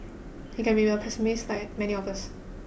he can be a pessimist like many of us